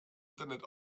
internet